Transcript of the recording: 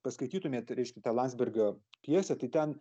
paskaitytumėt reiškia tą landsbergio pjesę tai ten